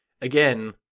Again